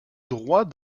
droit